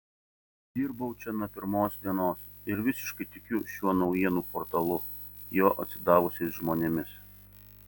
dirbau čia nuo pirmos dienos ir visiškai tikiu šiuo naujienų portalu jo atsidavusiais žmonėmis